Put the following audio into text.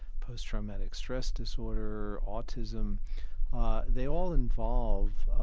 post-traumatic stress disorder, autism they all involve